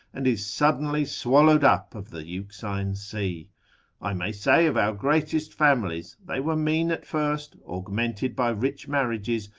and is suddenly swallowed up of the euxine sea i may say of our greatest families, they were mean at first, augmented by rich marriages,